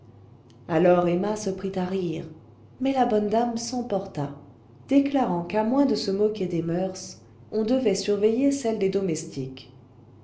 alors emma se prit à rire mais la bonne dame s'emporta déclarant qu'à moins de se moquer des moeurs on devait surveiller celles des domestiques